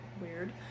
weird